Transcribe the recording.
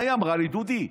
מה היא אמרה לי: דודי,